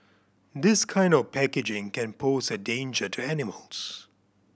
this kind of packaging can pose a danger to animals